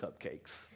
cupcakes